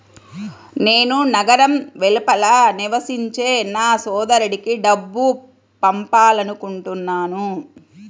నేను నగరం వెలుపల నివసించే నా సోదరుడికి డబ్బు పంపాలనుకుంటున్నాను